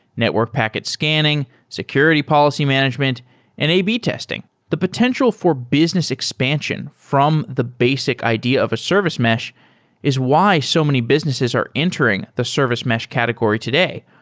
network packet scanning, security policy management and a b testing the potential for business expansion from the basic idea of a service mesh is why so many businesses are entering the service mesh category today,